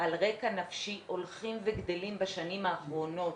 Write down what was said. על רקע נפשי הולכים וגדלים בשנים האחרונות.